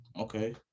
okay